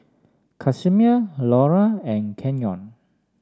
Casimir Launa and Canyon